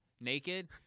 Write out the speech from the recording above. naked